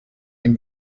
ihm